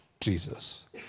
Jesus